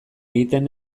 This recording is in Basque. egiten